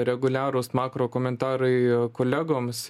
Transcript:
reguliarūs makro komentarai kolegoms